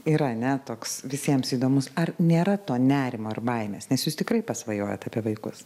yra ar ne toks visiems įdomus ar nėra to nerimo ar baimės nes jūs tikrai pasvajojat apie vaikus